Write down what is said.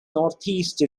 northeast